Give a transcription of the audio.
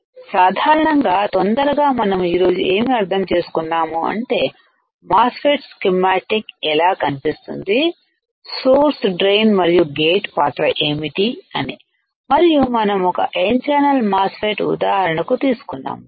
సాధారణంగా తొందరగా మనము ఈరోజు ఏమీ అర్థం చేసుకున్నాము అంటే మాస్ ఫెట్ స్కిమాటిక్ ఎలా కనిపిస్తుంది సోర్స్ డ్రై న్ మరియు గేటు పాత్ర ఏమిటి అని మరియు మనం ఒక N ఛానల్ మాస్ ఫెట్ ఉదాహరణకు తీసుకున్నాము కదా